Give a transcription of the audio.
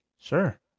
Sure